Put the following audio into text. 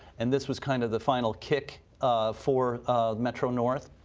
and this was kind of the final kick for metro north.